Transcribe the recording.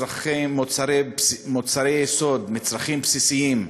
מוצרי יסוד, מצרכים בסיסיים,